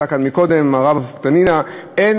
היא הייתה כאן קודם: "אמר רב קטינא: אין